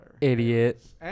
Idiot